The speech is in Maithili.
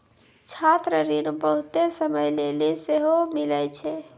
छात्र ऋण बहुते समय लेली सेहो मिलै छै